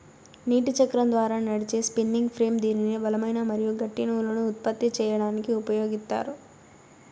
నీటి చక్రం ద్వారా నడిచే స్పిన్నింగ్ ఫ్రేమ్ దీనిని బలమైన మరియు గట్టి నూలును ఉత్పత్తి చేయడానికి ఉపయోగిత్తారు